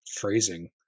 phrasing